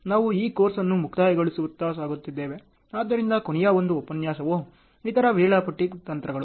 ನಾವು ಈ ಕೋರ್ಸ್ ಅನ್ನು ಮುಕ್ತಾಯಗೊಳಿಸುವತ್ತ ಸಾಗುತ್ತಿದ್ದೇವೆ ಆದ್ದರಿಂದ ಕೊನೆಯ ಒಂದು ಉಪನ್ಯಾಸವು ಇತರ ವೇಳಾಪಟ್ಟಿ ತಂತ್ರಗಳು